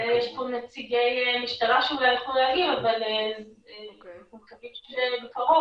יש פה נציגי משטרה שאולי יוכלו להגיב אבל אנחנו מקווים שבקרוב,